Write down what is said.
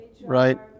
right